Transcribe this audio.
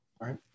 right